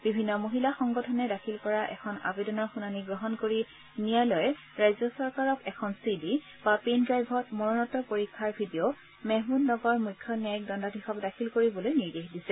বিভিন্ন মহিলা সংগঠনে দাখিল কৰা এখন আবদেনৰ শুনানি গ্ৰহণ কৰি ন্যায়ালয়ে ৰাজ্য চৰকাৰক এখন চি ডি বা পেন ড্ৰাইভত মৰণোত্তৰ পৰীক্ষাৰ ভিডিঅ' মেহমুদ নগৰ মুখ্য ন্যায়িক দণ্ডাধীশক দাখিল কৰিবলৈ নিৰ্দেশ দিছে